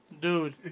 Dude